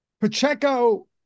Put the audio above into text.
Pacheco